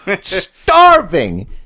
Starving